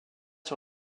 sur